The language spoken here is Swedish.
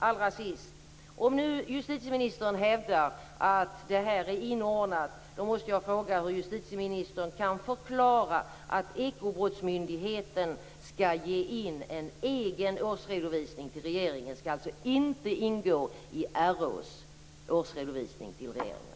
Allra sist: Om nu justitieministern hävdar att det här är inordnat, måste jag fråga hur justitieministern kan förklara att Ekobrottsmyndigheten skall ge in en egen årsredovisning till regeringen. Den skall alltså inte ingå i RÅ:s årsredovisning till regeringen.